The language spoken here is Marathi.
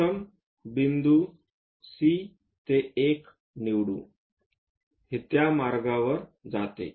प्रथम बिंदू C ते 1 निवडू हे त्या मार्गावर जाते